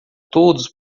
todos